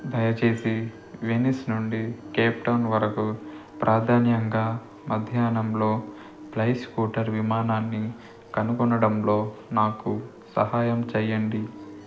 దయచేసి వెనిస్ నుండి Cape Town వరకు ప్రాధాన్యంగా మధ్యాన్నంలో ఫ్లై స్కూటర్ విమానాన్ని కనుగొనడంలో నాకు సహాయం చెయ్యండి